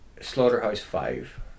Slaughterhouse-Five